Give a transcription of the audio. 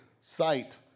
Sight